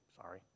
Sorry